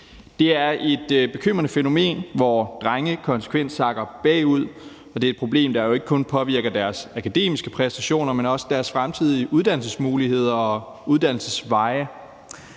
Det er et bekymrende fænomen, hvor drenge konsekvent sakker bagud, og det er et problem, der jo ikke kun påvirker deres akademiske præstationer, men også deres fremtidige uddannelsesmuligheder og uddannelsesveje.